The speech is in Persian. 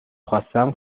خواستم